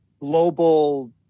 global